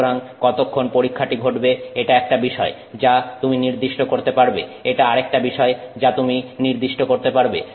সুতরাং কতক্ষণ পরীক্ষাটি ঘটবে এটা একটা বিষয় যা তুমি নির্দিষ্ট করতে পারবে এটা আরেকটা বিষয় যা তুমি নির্দিষ্ট করতে পারবে